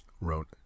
wrote